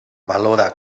valora